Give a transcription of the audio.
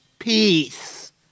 peace